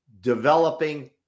developing